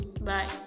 Bye